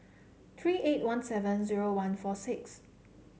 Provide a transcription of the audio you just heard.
three eight one seven zero one four six